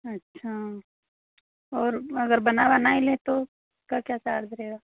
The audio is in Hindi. अच्छा और अगर बना बनाया ले तो उसका क्या चार्ज रहेगा